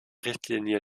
richtlinie